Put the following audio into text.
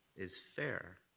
is fair,